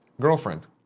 girlfriend